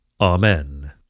Amen